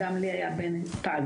גם לי היה בן פג,